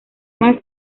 más